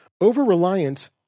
Over-reliance